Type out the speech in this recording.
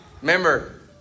Remember